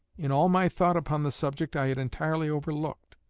in all my thought upon the subject, i had entirely overlooked.